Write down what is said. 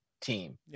team